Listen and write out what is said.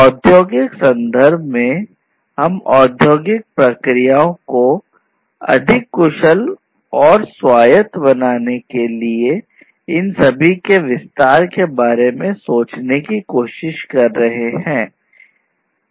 औद्योगिक संदर्भ में हम औद्योगिक प्रक्रियाओं को अधिक कुशल और स्वायत्त बनाने के लिए इन सभी के विस्तार के बारे में सोचने की कोशिश कर रहे है